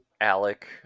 alec